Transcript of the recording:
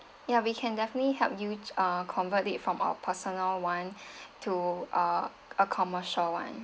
ya we can definitely help you uh convert it from our personal one to uh a commercial one